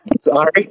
Sorry